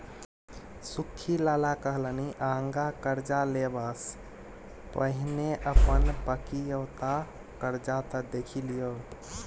सुख्खी लाला कहलनि आँगा करजा लेबासँ पहिने अपन बकिऔता करजा त देखि लियौ